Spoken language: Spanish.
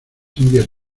indias